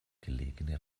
gelegene